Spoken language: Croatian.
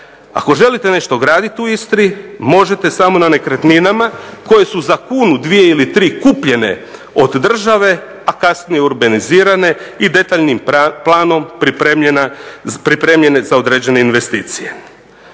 Ako želite nešto gradit u Istri možete samo na nekretninama koje su za kunu, dvije ili tri kupljene od države, a kasnije urbanizirane i detaljnim planom pripremljene za određene investicije.